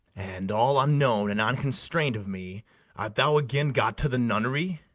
and, all unknown and unconstrain'd of me, art thou again got to the nunnery?